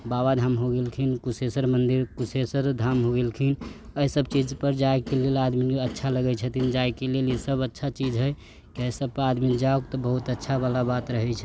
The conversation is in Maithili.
बाबा धाम हो गेलखिन कुशेश्वर मन्दिर कुशेश्वर धाम हो गेलखिन अइ सब चीजपर जाइके लेल आदमी अच्छा लगै छथिन जाइके लेल ई सब अच्छा चीज है अइ सबपर आदमी जाउ तऽ बहुत अच्छावला बात रहै छै